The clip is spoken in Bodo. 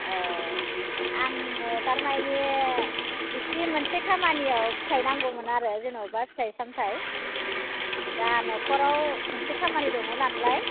अ आङो तारमाने एसे मोनसे खामानियाव फिथाइ नांगौमोन आरो जेनेबा फिथाइ सामथाय दा न'खराव मोनसे खामानि दङ नालाय